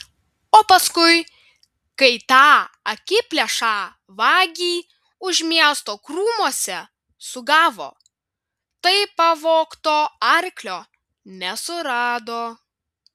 o paskui kai tą akiplėšą vagį už miesto krūmuose sugavo tai pavogto arklio nesurado